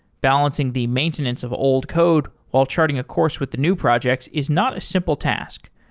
balancing the maintenance of old code while charting a course with the new projects is not a simple task.